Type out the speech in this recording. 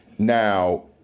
now,